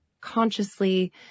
consciously